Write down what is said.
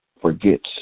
forgets